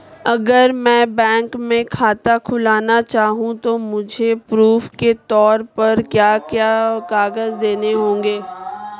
अगर मैं बैंक में खाता खुलाना चाहूं तो मुझे प्रूफ़ के तौर पर क्या क्या कागज़ देने होंगे?